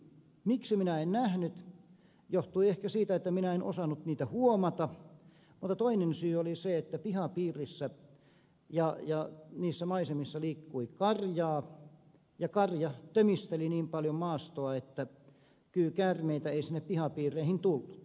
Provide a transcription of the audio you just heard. miksi minä en nähnyt johtui ehkä siitä että minä en osannut niitä huomata mutta toinen syy oli se että pihapiirissä ja niissä maisemissa liikkui karjaa ja karja tömisteli niin paljon maastoa että kyykäärmeitä ei sinne pihapiireihin tullut